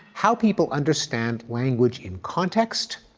how people understand language in context